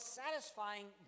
satisfying